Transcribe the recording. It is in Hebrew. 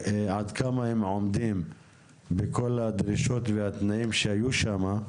עד כמה הם עומדים בכל הדרישות והתנאים שהועלו שם.